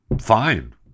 Fine